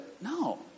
no